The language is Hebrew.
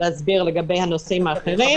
להסביר יותר לגבי הנושאים האחרים.